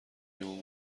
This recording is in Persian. اون